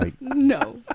No